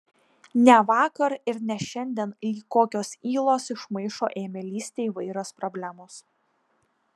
ne vakar ir ne šiandien lyg kokios ylos iš maišo ėmė lįsti įvairios problemos